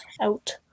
out